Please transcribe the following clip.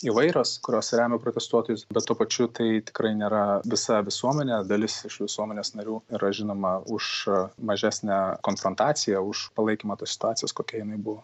įvairios kurios remia protestuotojus bet tuo pačiu tai tikrai nėra visa visuomenė dalis iš visuomenės narių yra žinoma už mažesnę konfrontaciją už palaikymą tos situacijos kokia jinai buvo